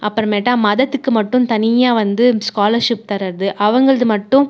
அப்புறமேட்டா மதத்துக்கு மட்டும் தனியாக வந்து ஸ்காலர்ஷிப் தர்றது அவங்கள்து மட்டும்